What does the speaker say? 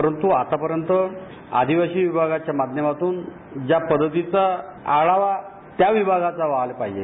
परंतूए आतापर्यंत आदिवासी विभागाच्या माध्यमातून ज्या पद्धतीचा आढावा त्या विभागाचा व्हायला पाहिजे